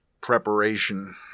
preparation